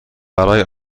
برای